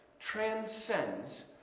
transcends